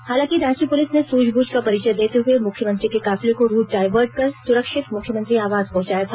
हालांकि रांची पुलिस ने सुझबुझ का परिचय देते हए मुख्यमंत्री के काफिले को रूट डायवर्ट कर सुरक्षित मुख्यमंत्री आवास पहुंचाया था